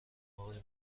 آقای